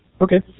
Okay